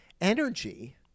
energy